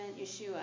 Yeshua